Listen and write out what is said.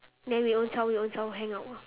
then we own self own self hang out